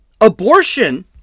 Abortion